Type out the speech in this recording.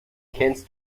kennst